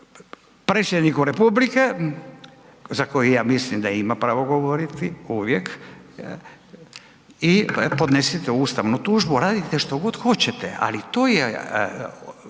predsjedniku Republike za koji ja mislim da ima pravo govoriti uvijek i podnesite ustavnu tužbu, radite što god hoćete, ali to je